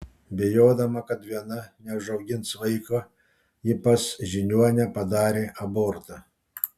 bijodama kad viena neužaugins vaiko ji pas žiniuonę padarė abortą